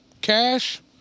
cash